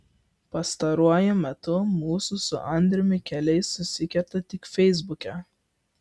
pastaruoju metu mūsų su andriumi keliai susikerta tik feisbuke